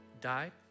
died